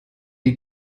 die